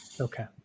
Okay